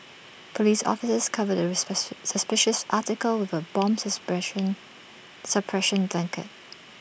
Police officers covered the suspicious article with A bomb suppression blanket